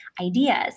ideas